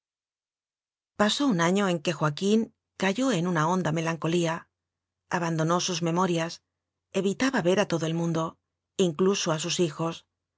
pasó un año en que joaquín cayó en una honda melancolía abandonó sus memo rias evitaba ver a todo el mundo incluso a sus hijos